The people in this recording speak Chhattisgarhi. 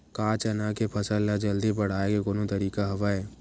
का चना के फसल ल जल्दी बढ़ाये के कोनो तरीका हवय?